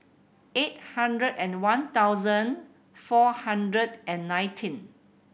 eight hundred and one thousand four hundred and nineteen